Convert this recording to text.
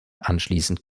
anschließend